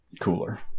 Cooler